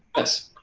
yes,